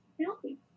healthy